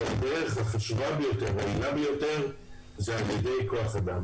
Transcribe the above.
אבל הדרך החשובה והיעילה ביותר היא על ידי כוח אדם.